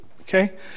okay